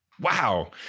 wow